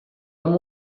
amb